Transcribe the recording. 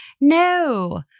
No